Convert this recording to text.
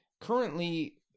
currently